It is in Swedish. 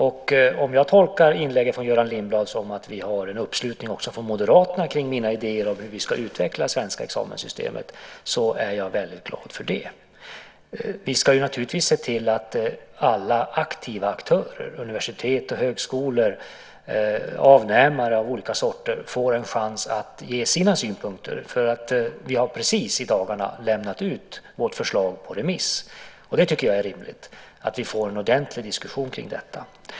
Om jag kan tolka inlägget från Göran Lindblad som att vi har en uppslutning också från Moderaterna kring mina idéer om hur vi ska utveckla det svenska examenssystemet är jag väldigt glad för det. Vi ska naturligtvis se till att alla aktiva aktörer - universitet, högskolor, avnämare av olika sorter - får en chans att ge sina synpunkter. Vi har precis i dagarna skickat ut vårt förslag på remiss, och jag tycker att det är rimligt att vi får en ordentlig diskussion kring detta.